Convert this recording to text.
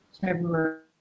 February